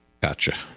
gotcha